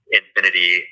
infinity